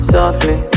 Softly